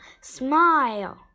smile